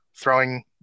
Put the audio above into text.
throwing